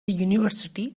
university